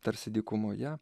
tarsi dykumoje